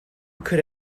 could